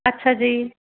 ਅੱਛਾ ਜੀ